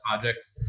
project